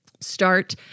start